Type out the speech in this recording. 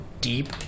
deep